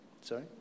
Sorry